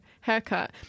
haircut